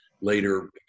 Later